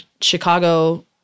Chicago